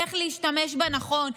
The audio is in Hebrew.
איך להשתמש בה נכון,